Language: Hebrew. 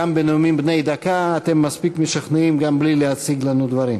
גם בנאומים בני דקה אתם מספיק משכנעים גם בלי להציג לנו הדברים.